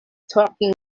talking